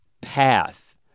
path